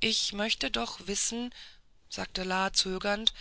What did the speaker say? ich möchte doch wissen sagte la zögernd